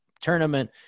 tournament